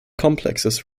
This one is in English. complexes